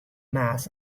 mass